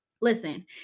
Listen